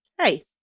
Hey